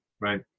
right